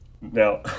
Now